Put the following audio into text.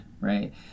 right